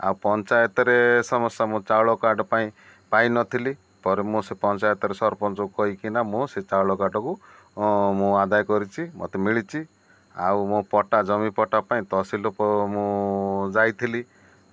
ଆଉ ପଞ୍ଚାୟତରେ ଚାଉଳ କାର୍ଡ଼ ପାଇଁ ପାଇନଥିଲି ପରେ ମୁଁ ସେ ପଞ୍ଚାୟତରେ ସରପଞ୍ଚ କହିକିନା ମୁଁ ସେ ଚାଉଳ କାର୍ଡ଼କୁ ମୁଁ ଆଦାୟ କରିଛି ମୋତେ ମିଳିଛି ଆଉ ମୋ ପଟ୍ଟା ଜମି ପଟ୍ଟା ପାଇଁ ତହସିଲ ମୁଁ ଯାଇଥିଲି